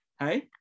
Hey